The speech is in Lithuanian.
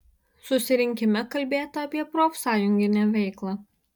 susirinkime kalbėta apie profsąjunginę veiklą